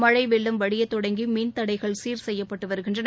மழை வெள்ளம் வடிய தொடங்கி மின் தடைகள் சீர்செய்யப்பட்டு வருகின்றன